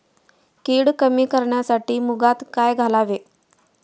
कीड कमी करण्यासाठी मुगात काय घालावे?